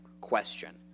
question